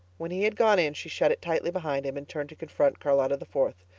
when he had gone in she shut it tightly behind him and turned to confront charlotta the fourth,